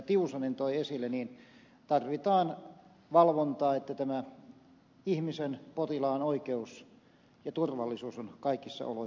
tiusanen toi esille tarvitaan valvontaa että tämän ihmisen potilaan oikeus ja turvallisuus on kaikki suvun